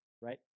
right